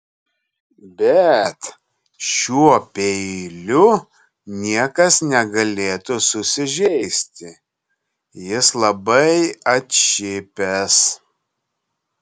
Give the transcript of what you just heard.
bet šiuo peiliu niekas negalėtų susižeisti jis labai atšipęs